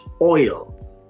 oil